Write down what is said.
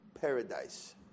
paradise